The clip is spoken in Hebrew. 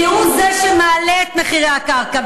כי הוא שמעלה את מחירי הקרקע.